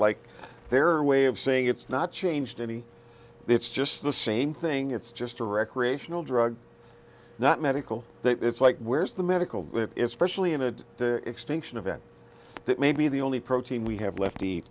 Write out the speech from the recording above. like their way of saying it's not changed any it's just the same thing it's just a recreational drug not medical it's like where's the medical specially in an extinction event that may be the only protein we have left